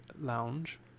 lounge